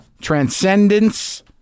transcendence